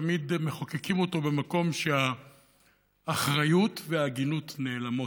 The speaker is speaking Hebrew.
תמיד מחוקקים אותו במקום שהאחריות וההגינות נעלמות.